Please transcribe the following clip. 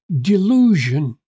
delusion